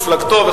ומפלגתו.